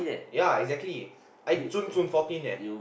ya exactly I chun chun fourteen eh